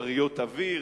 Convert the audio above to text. כריות אוויר,